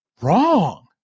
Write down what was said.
Wrong